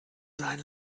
sein